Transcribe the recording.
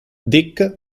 dick